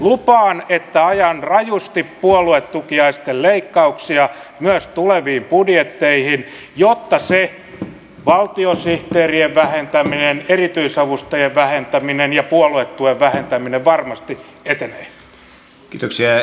lupaan että ajan rajusti puoluetukiaisten leikkauksia myös tuleviin budjetteihin jotta se valtiosihteerien vähentäminen erityisavustajien vähentäminen ja puoluetuen vähentäminen varmasti etenee